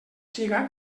siga